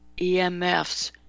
EMFs